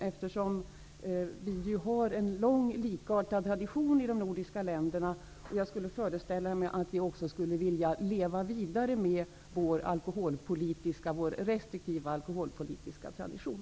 Vi har ju en lång likartad tradition i de nordiska länderna, och jag skulle föreställa mig att vi också skulle vilja leva vidare med vår restriktiva alkoholpolitiska tradition.